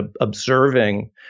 observing